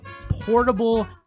portable